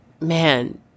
man